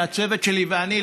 הצוות שלי ואני,